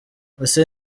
ese